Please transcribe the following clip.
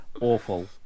awful